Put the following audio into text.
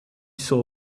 saw